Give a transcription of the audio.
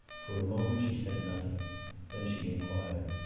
for a moment she said nothing then she inquired,